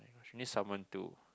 need someone to